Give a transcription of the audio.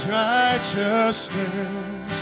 righteousness